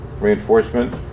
reinforcement